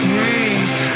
Great